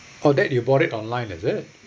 oh that you bought it online is it